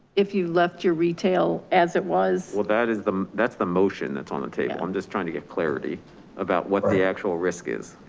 if you left your retail as it was. well, that is the, that's the motion that's on the table. i'm just trying to get clarity about what the actual risk is.